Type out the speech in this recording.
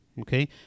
okay